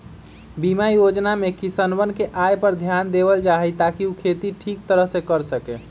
बीमा योजना में किसनवन के आय पर ध्यान देवल जाहई ताकि ऊ खेती ठीक तरह से कर सके